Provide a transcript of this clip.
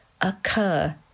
occur